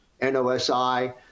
NOSI